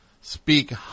speak